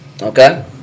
Okay